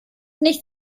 nicht